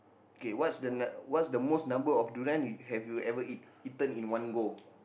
okay what's the what's the most number of durian you have you ever eat eaten in one go